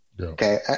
Okay